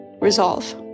Resolve